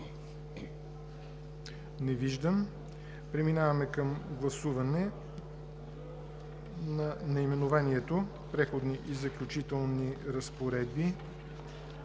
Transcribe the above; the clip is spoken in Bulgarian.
Не виждам. Преминаваме към гласуване на наименованието „Преходни и заключителни разпоредби“,